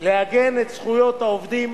לעגן את זכויות העובדים,